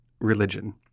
religion